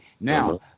now